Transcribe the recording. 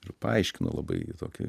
ir paaiškino labai tokį